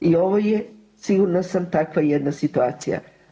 I ovo je sigurna sam takva jedna situacija.